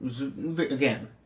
again